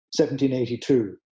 1782